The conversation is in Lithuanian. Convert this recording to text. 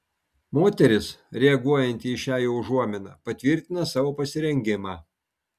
moteris reaguojanti į šią jo užuominą patvirtina savo pasirengimą